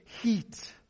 heat